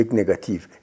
negative